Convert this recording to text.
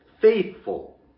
faithful